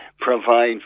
provide